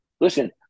listen